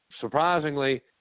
surprisingly